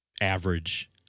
average